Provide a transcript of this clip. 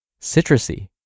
citrusy